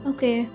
Okay